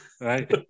right